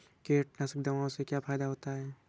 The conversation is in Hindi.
कीटनाशक दवाओं से क्या फायदा होता है?